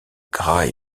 gras